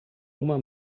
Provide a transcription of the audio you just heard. uma